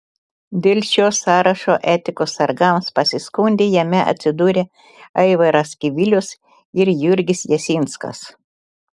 dėl šio sąrašo etikos sargams pasiskundė jame atsidūrę aivaras kivilius ir jurgis jasinskas